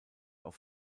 auf